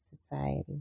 society